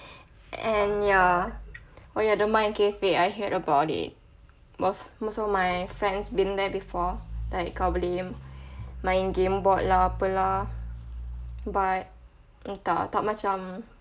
and ya oh ya the mind cafe I heard about it mo~ most of my friends been there before like kau boleh main game board lah apa lah but entah tak macam